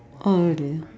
oh really